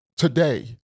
Today